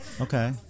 Okay